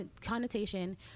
connotation